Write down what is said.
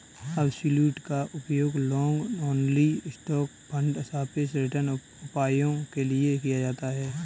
absolute का उपयोग long only stock fund सापेक्ष रिटर्न उपायों के लिए किया जाता है